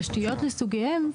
תשתיות לסוגיהן.